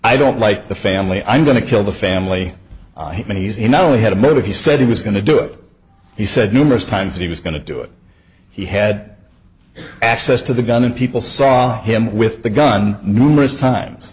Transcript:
i don't like the family i'm going to kill the family i mean he's not only had a motive he said he was going to do it he said numerous times that he was going to do it he had access to the gun and people saw him with the gun numerous times